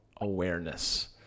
awareness